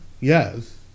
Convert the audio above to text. yes